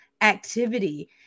activity